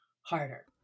harder